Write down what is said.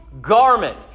garment